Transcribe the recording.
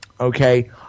okay